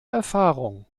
erfahrung